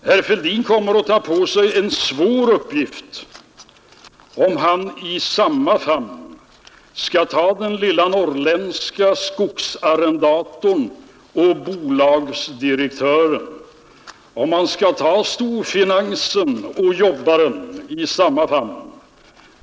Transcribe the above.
Herr Fälldin kommer att ta på sig en svår uppgift om han i samma famn skall ta den lilla norrländska skogsarrendatorn och bolagsdirektören; om han skall ta storfinansen och jobbaren i samma famn.